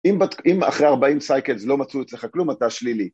‫אם אחרי 40 סייקלס ‫לא מצאו אצלך כלום, אתה שלילי.